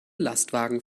lastwagen